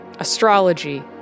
astrology